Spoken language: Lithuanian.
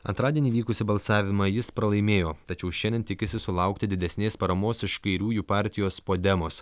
antradienį vykusį balsavimą jis pralaimėjo tačiau šiandien tikisi sulaukti didesnės paramos iš kairiųjų partijos podemos